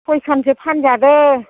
सइखानसो फानजादों